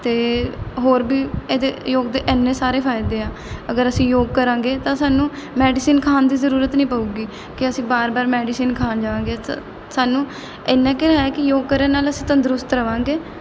ਅਤੇ ਹੋਰ ਵੀ ਇਹਦੇ ਯੋਗ ਦੇ ਇੰਨੇ ਸਾਰੇ ਫਾਇਦੇ ਆ ਅਗਰ ਅਸੀਂ ਯੋਗ ਕਰਾਂਗੇ ਤਾਂ ਸਾਨੂੰ ਮੈਡੀਸਨ ਖਾਣ ਦੀ ਜ਼ਰੂਰਤ ਨਹੀਂ ਪਵੇਗੀ ਕਿ ਅਸੀਂ ਬਾਰ ਬਾਰ ਮੈਡੀਸਨ ਖਾਣ ਜਾਵਾਂਗੇ ਸ ਸਾਨੂੰ ਇੰਨਾਂ ਕਿ ਹੈ ਕਿ ਯੋਗ ਕਰਨ ਨਾਲ ਅਸੀਂ ਤੰਦਰੁਸਤ ਰਹਾਂਗੇ